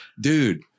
dude